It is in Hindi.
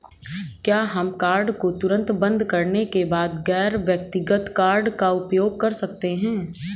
क्या हम कार्ड को तुरंत बंद करने के बाद गैर व्यक्तिगत कार्ड का उपयोग कर सकते हैं?